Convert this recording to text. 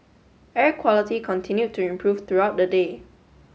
air quality continued to improve throughout the day